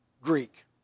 Greek